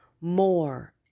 more